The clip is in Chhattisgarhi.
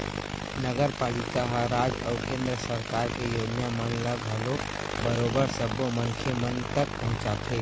नगरपालिका ह राज अउ केंद्र सरकार के योजना मन ल घलो बरोबर सब्बो मनखे मन तक पहुंचाथे